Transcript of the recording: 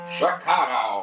Chicago